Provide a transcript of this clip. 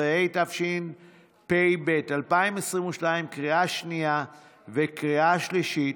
13), התשפ"ב 2022, לקריאה שנייה וקריאה שלישית.